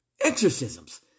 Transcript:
exorcisms